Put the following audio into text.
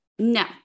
No